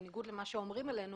בניגוד למה שאומרים עלינו,